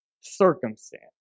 circumstance